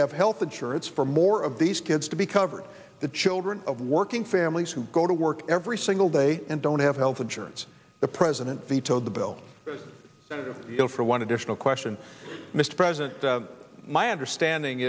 have health insurance for more of these kids to be covered the children of working families who go to work every single day and don't have health insurance the president vetoed the bill for one additional question mr president my understanding